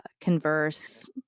converse